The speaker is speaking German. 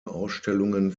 ausstellungen